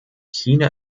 china